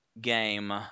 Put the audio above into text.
game